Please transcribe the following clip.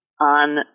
on